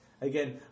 Again